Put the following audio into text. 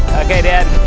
okay dad,